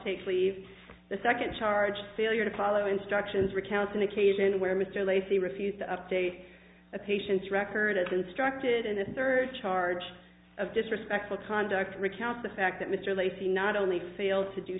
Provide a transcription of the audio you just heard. take leave the second charge failure to follow instructions recounts an occasion where mr lacy refused to update the patient's record as instructed in a surcharge of disrespectful conduct recounts the fact that mr lacy not only failed